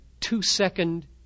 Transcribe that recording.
two-second